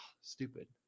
stupid